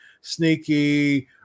sneaky